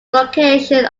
location